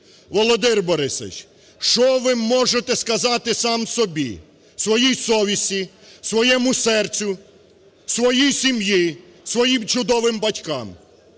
Володимире Борисовичу, що ви можете сказати сам собі, своїй совісті, своєму серцю, своїй сім'ї, своїм чудовим батькам,